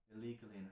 Illegally